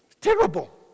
terrible